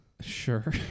sure